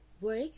Work